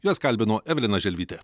juos kalbino evelina želvytė